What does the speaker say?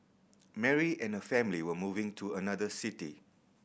Mary and her family were moving to another city